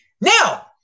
Now